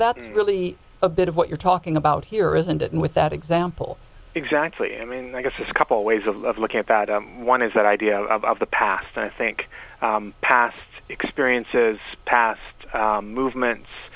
that's really a bit of what you're talking about here isn't it with that example exactly i mean i guess a couple ways of looking at that one is that idea of the past i think past experiences past movements